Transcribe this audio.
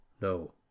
No